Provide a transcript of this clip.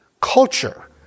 culture